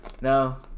No